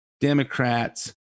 Democrats